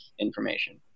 information